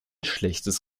schlechtes